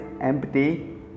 empty